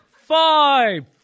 five